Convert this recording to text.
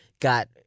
got